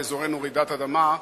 באזורנו רעידת אדמה,